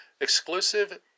Exclusive